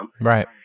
Right